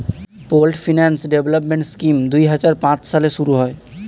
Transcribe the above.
pooled finance development scheme দুই হাজার পাঁচ সালে শুরু হয়